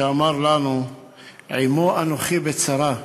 שאמר לנו "עמו אנֹכי בצרה",